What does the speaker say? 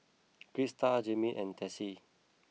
Crista Jeannine and Tessie